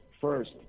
First